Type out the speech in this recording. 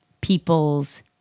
people's